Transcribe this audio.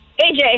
AJ